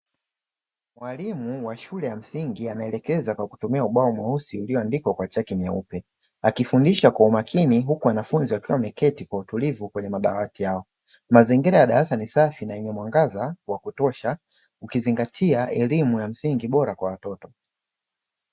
Mwalimu wa shule ya msingi anaelekeza kwa kutumia ubao mweusi ulioandikwa kwa chaki nyeupe; akifundisha kwa umakini huku wanafunzi wakiwa wameketi kwa utulivu kwenye madawati yao. Mazingira ya darasa ni safi na yenye mwangaza wa kutosha, ukizingatia elimu ya msingi bora kwa watoto.